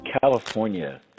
California